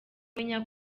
menya